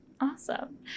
Awesome